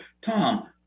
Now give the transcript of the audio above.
Tom